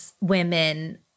women